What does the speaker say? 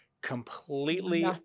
completely